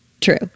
True